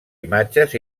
imatges